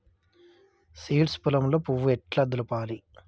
Seeds పొలంలో పువ్వు ఎట్లా దులపాలి?